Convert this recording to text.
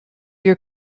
your